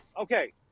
Okay